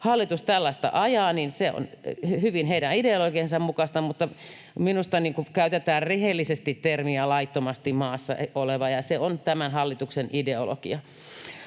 hallitus tällaista ajaa, niin se on hyvin heidän ideologiansa mukaista, mutta minusta käytetään rehellisesti termiä ”laittomasti maassa oleva”, ja se on tämän hallituksen ideologia.